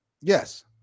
Yes